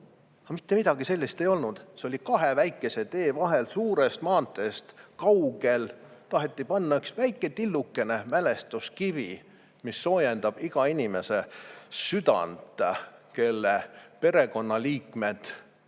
mitte midagi sellist ei olnud. See oli kahe väikese tee vahel, suurest maanteest kaugel. Sinna taheti panna üks väike, tillukene mälestuskivi, mis soojendab iga inimese südant, kelle perekonnaliikmed,